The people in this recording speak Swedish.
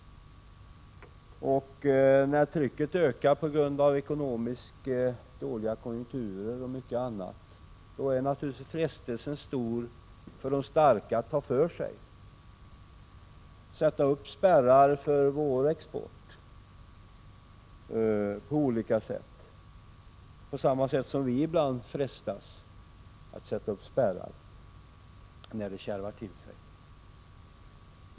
När trycket ökar på grund av ekonomiskt dåliga konjunkturer och mycket annat, blir naturligtvis frestelsen stor för de starka att ta för sig, att på olika sätt sätta upp spärrar för vår export — liksom vi ibland frestas att sätta upp spärrar när det kärvar till sig.